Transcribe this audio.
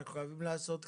אנחנו חייבים לעשות חקיקה.